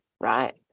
right